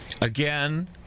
Again